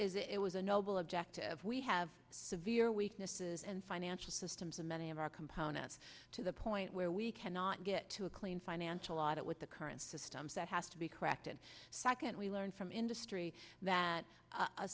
it was a noble objective we have severe weaknesses and financial systems in many of our components to the point where we cannot get to a clean financial a lot with the current systems that has to be corrected second we learned from industry that